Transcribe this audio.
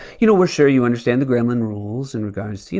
you know, we're sure you understand the gremlin rules in regards to, you